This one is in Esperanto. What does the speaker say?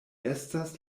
estas